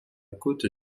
côte